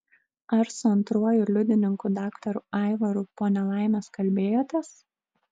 ar su antruoju liudininku daktaru aivaru po nelaimės kalbėjotės